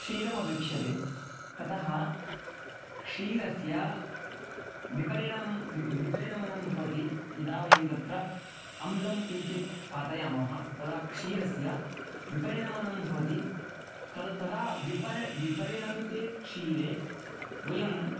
क्षीरम् अपेक्षते ततः क्षीरस्य बिपरिणमं विपरिणमनं भवति यदा वयं तत्र अम्लं किञ्चित् पातयामः तदा क्षीरस्य विपरिणमनं भवति तदा विपरि विपरिणमिते क्षीरे वयम्